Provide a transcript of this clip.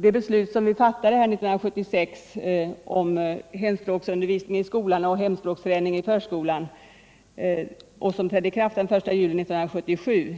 Det beslut om hemspråksträning i förskolan och hemspråksundervisning i skolan som vi här fattade 1976 och som trädde i kraft den 1 juli 1977